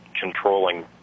controlling